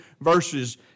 verses